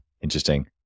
interesting